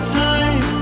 time